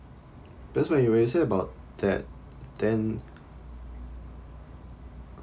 that's why you say about that then